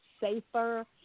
safer